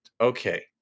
okay